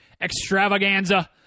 extravaganza